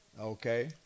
Okay